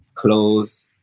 Clothes